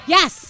Yes